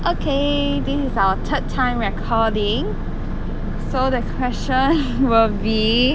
okay this is our third time recording so the question will be